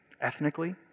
ethnically